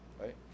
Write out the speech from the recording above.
Right